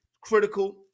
critical